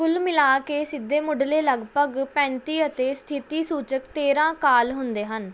ਕੁੱਲ ਮਿਲਾ ਕੇ ਸਿੱਧੇ ਮੁੱਢਲੇ ਲਗਭਗ ਪੈਂਤੀ ਅਤੇ ਸਥਿਤੀ ਸੂਚਕ ਤੇਰ੍ਹਾਂ ਕਾਲ ਹੁੰਦੇ ਹਨ